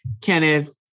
Kenneth